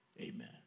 Amen